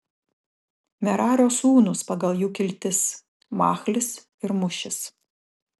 merario sūnūs pagal jų kiltis machlis ir mušis